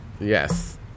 Yes